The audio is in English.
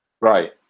Right